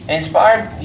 Inspired